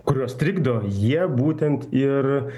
kuriuos trikdo jie būtent ir